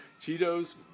Cheetos